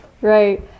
Right